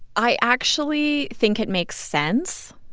i actually think it makes sense.